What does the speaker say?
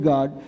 God